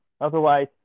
Otherwise